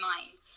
Mind